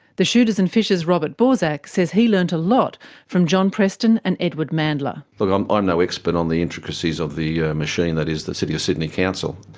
the shooters and fishers' robert borslak says he learnt a lot from john preston and edward mandla. look, i'm no expert on the intricacies of the machine that is the city of sydney council.